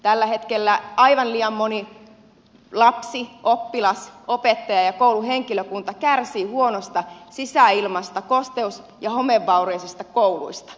tällä hetkellä aivan liian moni lapsi oppilas opettaja ja kouluhenkilökunta kärsii huonosta sisäilmasta kosteus ja homevaurioisista kouluista